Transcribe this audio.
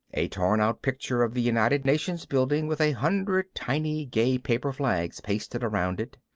a torn-out picture of the united nations building with a hundred tiny gay paper flags pasted around it,